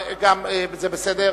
זה בסדר.